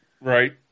Right